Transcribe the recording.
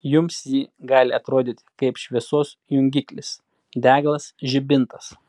jums ji gali atrodyti kaip šviesos jungiklis deglas žibintas